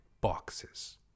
boxes